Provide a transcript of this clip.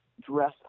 dress